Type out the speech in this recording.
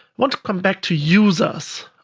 want to come back to users